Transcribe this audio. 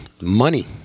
money